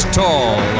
tall